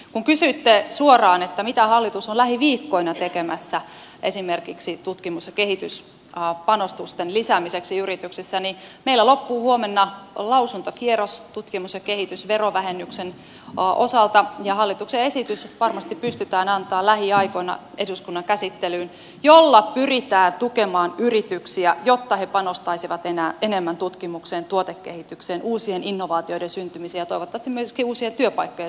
kun kysyitte suoraan mitä hallitus on lähiviikkoina tekemässä esimerkiksi tutkimus ja kehityspanostusten lisäämiseksi yrityksissä niin meillä loppuu huomenna lausuntokierros tutkimus ja kehitysverovähennyksen osalta ja varmasti pystytään antamaan lähiaikoina eduskunnan käsittelyyn hallituksen esitys jolla pyritään tukemaan yrityksiä jotta ne panostaisivat enemmän tutkimukseen tuotekehitykseen uusien innovaatioiden syntymiseen ja toivottavasti myöskin uusien työpaikkojen syntymiseen